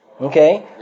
okay